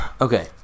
okay